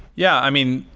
yeah. i mean,